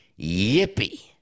Yippee